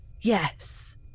Yes